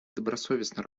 добросовестно